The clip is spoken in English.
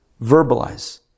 verbalize